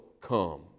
come